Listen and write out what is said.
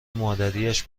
مادریاش